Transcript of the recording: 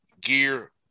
gear